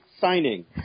signing